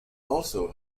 also